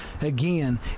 again